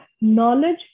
knowledge